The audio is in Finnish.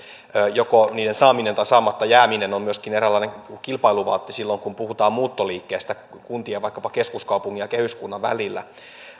joko saaminen tai saamatta jääminen on myöskin eräänlainen kilpailuvaltti silloin kun puhutaan muuttoliikkeestä kuntien vaikkapa keskuskaupungin ja kehyskunnan välillä